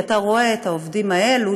כי אתה רואה את העובדים האלו,